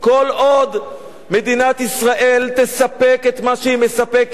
כל עוד מדינת ישראל תספק את מה שהיא מספקת,